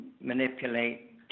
manipulate